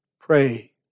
pray